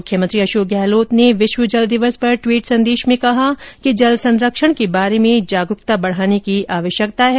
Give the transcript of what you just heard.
मुख्यमंत्री अशोक गहलोत ने विश्व जल दिवस पर टवीट संदेश में कहा कि जल संरक्षण के बारे में जागरूकता बढ़ाने की आवश्यकता है